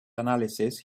analysis